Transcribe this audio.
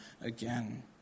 again